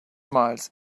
miles